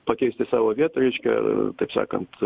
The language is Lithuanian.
pakeisti savo vietą reiškia taip sakant